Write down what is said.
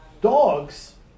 Dogs